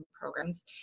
programs